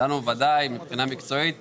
ודאי מבחינה מקצועית